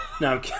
No